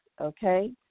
okay